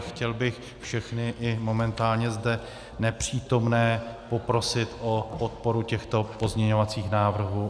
Chtěl bych všechny, i momentálně zde nepřítomné, poprosit o podporu těchto pozměňovacích návrhů.